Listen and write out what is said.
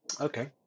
Okay